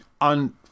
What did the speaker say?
on